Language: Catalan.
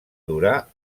durar